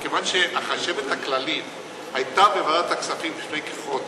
החשבת הכללית הייתה בוועדת הכספים לפני כחודש,